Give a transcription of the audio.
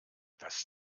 das